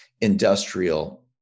industrial